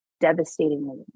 devastatingly